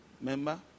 member